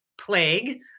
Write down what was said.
plague